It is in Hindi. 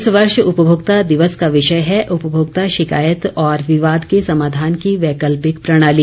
इस वर्ष उपमोक्ता दिवस का विषय है उपमोक्ता शिकायत और विवाद के समाधान की वैकल्पिक प्रणाली